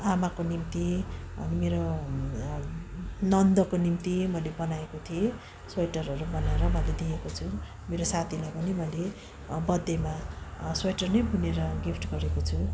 आमाको निम्ति मेरो नन्दको निम्ति मैले बनाएको थिएँ स्वेटरहरू बनाएर मैले दिएको छु मेरो साथीहरूलाई पनि मैले बर्थडेमा स्वेटर नै बुनेर गिफ्ट गरेको छु